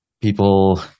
people